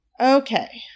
Okay